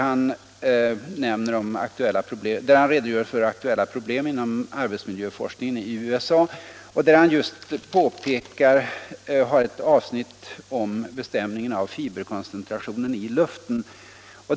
Han redogör där för aktuella problem inom arbetsmiljöforskningen i USA och har ett avsnitt om bestämningen av fiberkoncentrationen i luften.